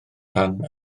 rhan